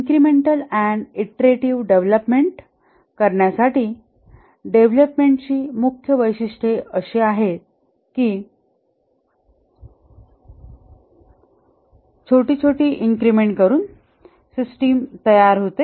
incremental and iterative development करण्यासाठी development ची मुख्य वैशिष्ट्ये अशी आहेत की छोटी छोटी इन्क्रिमेंट करून सिस्टिम तयार होते